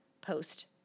post